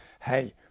hey